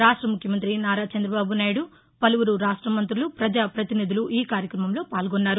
రాష్ట ముఖ్యమంత్రి నారా చంద్రబాబునాయుడు పలువురు రాష్టమంతులు ప్రజా ప్రతినిధులు ఈ కార్యక్రమంలో పాల్గొన్నారు